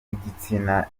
y’igitsina